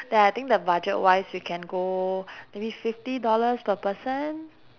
then I think the budget wise can go maybe fifty dollars per person